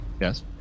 Yes